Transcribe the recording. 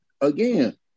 again